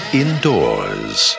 indoors